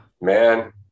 man